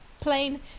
plain